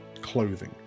clothing